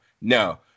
No